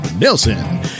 Nelson